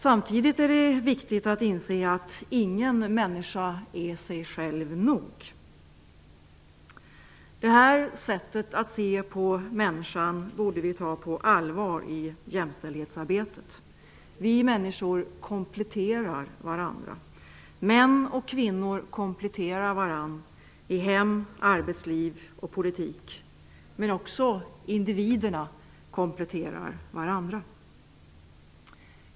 Samtidigt är det viktigt att inse att ingen människa är sig själv nog. Det här sättet att se på människan borde vi ta på allvar i jämställdhetsarbetet. Vi människor kompletterar varandra. Män och kvinnor kompletterar varandra i hem, arbetsliv och politik. Men också individerna kompletterar varandra.